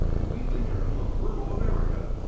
the weekly journal of rural america.